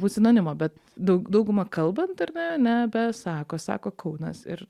būt sinonimo bet daug dauguma kalbant ar ne nebesako sako kaunas ir